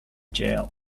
jail